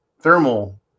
thermal